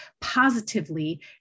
positively